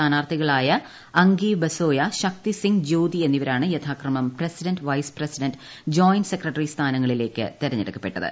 സ്ഥാനാർത്ഥികളായ അങ്കീവ് ബസോയ ശക്തി സിങ് ജ്യോതി എന്നിവരാണ് യഥാക്രമം president vice president joint secretary സ്ഥാനങ്ങളിലേക്ക് തിരഞ്ഞെടുക്കപ്പെട്ടത്